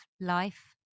life